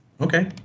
Okay